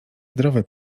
zdrowy